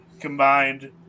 combined